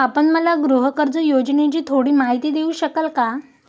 आपण मला गृहकर्ज योजनेची थोडी माहिती देऊ शकाल का?